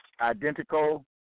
identical